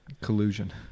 Collusion